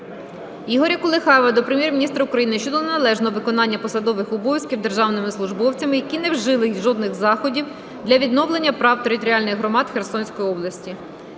Ігоря Колихаєва до Прем'єр-міністра України щодо неналежного виконання посадових обов'язків державними службовцями, які не вжили жодних заходів, для відновлення прав територіальних громад Херсонської області.